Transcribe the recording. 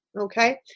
Okay